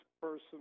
person